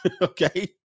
Okay